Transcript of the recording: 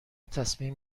تصمیم